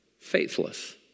faithless